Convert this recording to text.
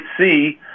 see